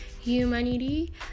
humanity